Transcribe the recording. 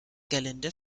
gerlinde